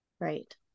right